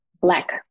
black